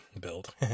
build